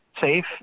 safe